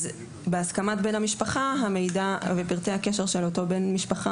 אז בהסכמת בן המשפחה המידע ופרטי הקשר של אותו בן משפחה